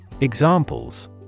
Examples